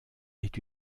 est